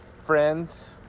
friends